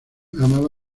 amaba